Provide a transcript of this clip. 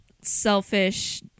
selfish